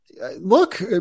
look